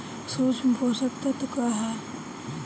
सूक्ष्म पोषक तत्व का ह?